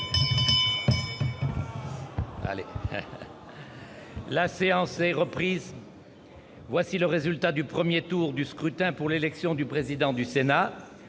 La séance est reprise. Voici le résultat du premier tour du scrutin pour l'élection du président du Sénat